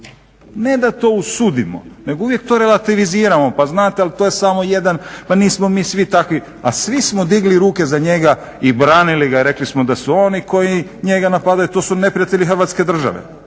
ne da to osudimo nego uvijek to relativiziramo pa znate ali to je samo jedan pa nismo mi svi takvi. A svi smo digli ruke za njega i branili ga i rekli smo da su oni koji njega napadaju to su neprijatelji Hrvatske države.